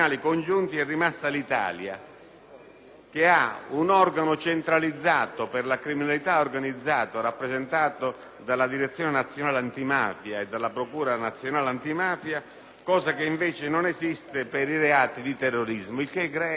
avere un organo centralizzato per la criminalità organizzata rappresentato dalla Direzione nazionale antimafia e dalla Procura nazionale antimafia, cosa che invece non esiste per i reati di terrorismo. Ciò crea grandi problemi.